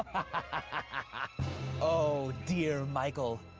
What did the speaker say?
ah oh, dear, michael.